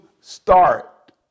start